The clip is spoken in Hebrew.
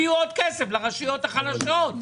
תביאו עוד כסף לרשויות החלשות.